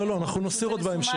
לא, לא, אנחנו נסיר עוד בהמשך.